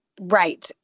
Right